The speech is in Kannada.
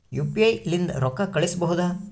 ಯು.ಪಿ.ಐ ಲಿಂದ ರೊಕ್ಕ ಕಳಿಸಬಹುದಾ?